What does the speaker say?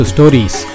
Stories